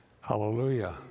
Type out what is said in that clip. Hallelujah